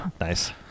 Nice